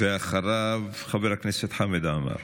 ואחריו, חבר הכנסת חמד עמאר.